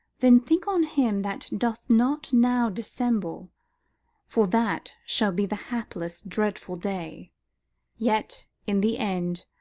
then think on him that doth not now dissemble for that shall be the hapless dreadful day yet, in the end,